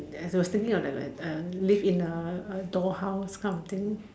yes was thinking of the like the uh live in a a doll house kind of thing